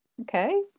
Okay